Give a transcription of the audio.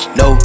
no